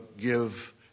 give